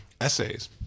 essays